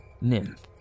Nymph